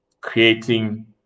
creating